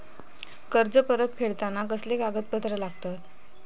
कर्ज परत फेडताना कसले कागदपत्र लागतत?